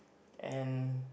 and